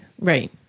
Right